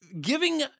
giving